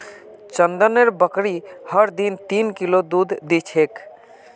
चंदनेर बकरी हर दिन तीन किलो दूध दी छेक